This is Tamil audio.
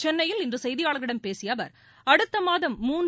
சென்னையில் இன்று செய்தியாளர்களிடம் பேசிய அவர் அடுத்த மாதம் மூன்று